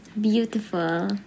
beautiful